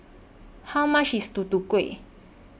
How much IS Tutu Kueh